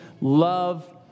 love